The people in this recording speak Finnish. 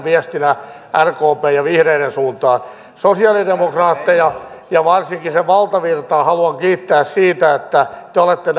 viestinä rkpn ja vihreiden suuntaan sosialidemokraatteja ja varsinkin puolueen valtavirtaa haluan kiittää siitä että te olette